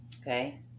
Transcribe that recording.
Okay